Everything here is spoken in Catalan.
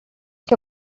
que